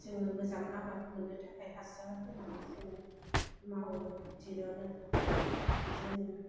जोङो मोजां आबाद मोननो थाखाय हासार होनानै जों मावो दिरुनो जोङो